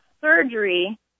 surgery